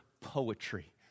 poetry